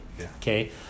Okay